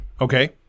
Okay